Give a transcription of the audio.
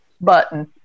button